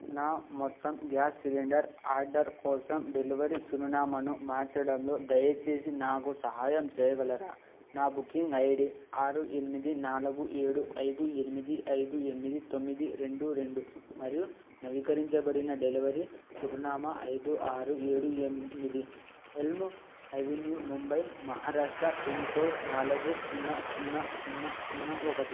నా మొత్తం gas cylinder order కోసం డెలివరీ చిరునామను మార్చడంలో దయచేసి నాకు సహాయం చెయ్యగలరా నా బుకింగ్ ఐడి ఆరు ఎనిమిది నాలుగు ఏడు ఐదు ఎనిమిది ఐదు ఎనిమిది తొమ్మిది రెండు రెండు మరియు నవీకరించబడిన డెలివరీ చిరునామా ఐదు ఆరు ఏడు ఎనిమిది Elm avenue Mumbai Maharashtra pin code నాలుగు సున్నా సున్నా సున్నా సున్నా ఒకటి